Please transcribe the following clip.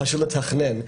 כדי לתכנן.